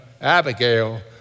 Abigail